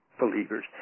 believers